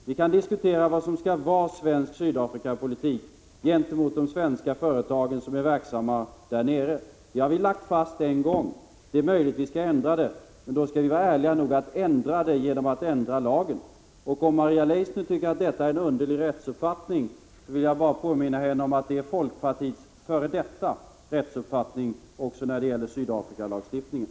Vi kan diskutera vad som skall vara svensk Sydafrikapolitik när det gäller de svenska företag som är verksamma där nere. Denna politik har vi en gång lagt fast. Det är möjligt att vi skall ändra den. Men då skall vi vara ärliga nog att göra det genom att ändra lagen. Om Maria Leissner tycker att detta är en underlig rättsuppfattning, vill jag bara påminna henne om att den också är folkpartiets före detta rättsuppfattning när det gäller Sydafrikalagstiftningen.